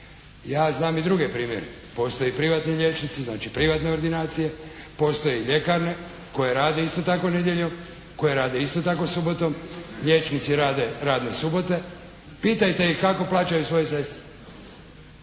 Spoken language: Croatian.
Ja znam i druge primjere. Postoje privatni liječnici, znači privatne ordinacije, postoje ljekarne koje rade isto tako nedjeljom, koje rade isto tako subotom, liječnici rade radne subote. Pitajte ih kako plaćaju svoje sestre.